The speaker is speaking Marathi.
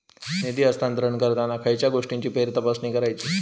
निधी हस्तांतरण करताना खयच्या गोष्टींची फेरतपासणी करायची?